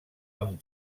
amb